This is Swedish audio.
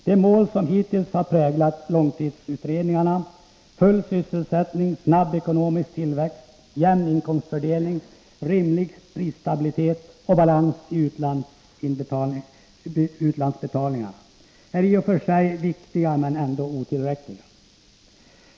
De mål som hittills har präglat långtidsutredningarna — full sysselsättning, snabb ekonomisk tillväxt, jämn inkomstfördelning, rimlig prisstabilitet och balans i utlandsbetalningarna — är i och för sig viktiga, men ändå otillräckliga.